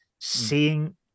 seeing